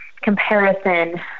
comparison